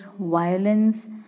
violence